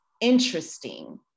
interesting